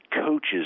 coaches